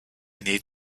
need